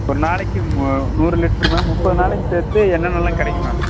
ஒரு நாளைக்கு மு நூறு லிட்ரு மேம் முப்பது நாளைக்கு சேர்த்து என்னென்னல்லாம் கிடைக்கும் மேம்